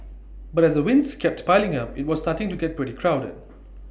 but as the wins kept piling up IT was starting to get pretty crowded